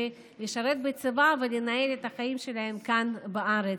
לשרת בצבא ולנהל את החיים שלהם כאן בארץ.